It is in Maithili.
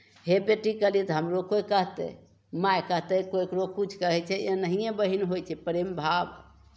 हे बेटी कहलियै तऽ हमरो कोइ कहतै माय कहतै ककरो किछु कहै छै एनाहिए बहीन होइ छै प्रेम भाव